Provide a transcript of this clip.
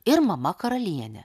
ir mama karaliene